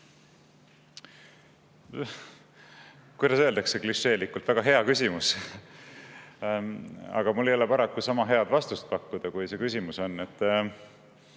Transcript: Kuidas öeldakse klišeelikult? Väga hea küsimus! Aga mul ei ole paraku pakkuda sama head vastust, kui see küsimus on.